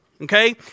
okay